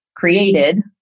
created